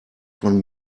von